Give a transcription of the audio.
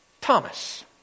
Thomas